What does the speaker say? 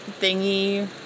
thingy